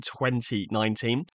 2019